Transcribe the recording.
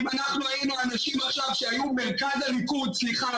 אם אנחנו היינו אנשים שהיו מרכז הליכוד - סליחה,